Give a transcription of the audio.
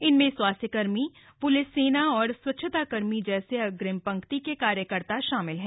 इनमें स्वास्थ्यकर्मी प्लिस सेना और स्वच्छताकर्मी जैसे अग्रिम पंक्ति के कार्यकर्ता शामिल हैं